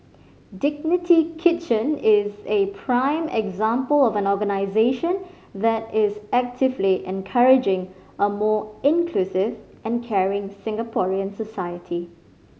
Dignity Kitchen is a prime example of an organisation that is actively encouraging a more inclusive and caring Singaporean society